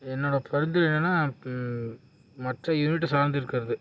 என்னோடய கருத்து என்னென்னால் மற்ற யூனிட்டை சார்ந்திருக்கிறது